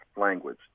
language